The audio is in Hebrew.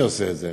עושה את זה.